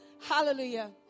Hallelujah